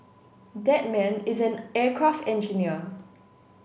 that man is an aircraft engineer